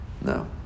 No